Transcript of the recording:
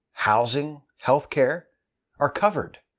housing, health care are covered.